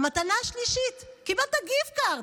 המתנה השלישית: קיבלת גיפט קארד,